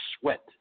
sweat